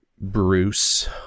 Bruce